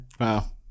Wow